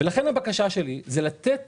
לכן הבקשה שלי זה לתת